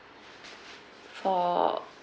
for